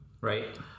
right